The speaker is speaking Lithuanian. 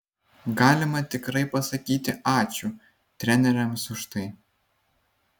galima tikrai pasakyti ačiū treneriams už tai